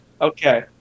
Okay